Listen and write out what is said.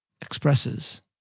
expresses